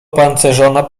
opancerzona